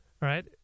right